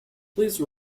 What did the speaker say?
please